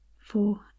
four